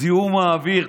זיהום האוויר,